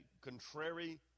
contrary